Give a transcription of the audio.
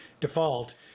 default